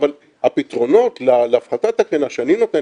אבל הפתרונות להפחתת הקרינה שאני נותן